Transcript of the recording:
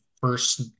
first